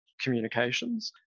communications